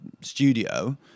studio